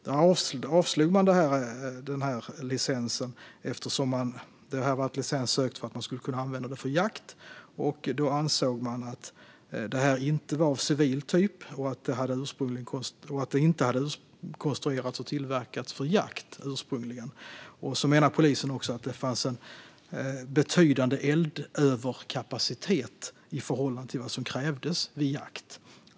Där hade licens sökts för att få använda det för jakt, och den ansökan avslogs. Man ansåg att vapnet inte var av civil typ, och det hade inte ursprungligen konstruerats för jakt. Polisen menade också att det fanns en betydande eldöverkapacitet i förhållande till vad som krävdes vid jakt.